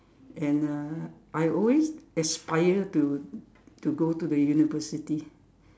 and uh I always aspire to to go to the university